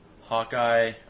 Hawkeye